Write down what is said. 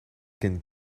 can